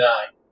Nine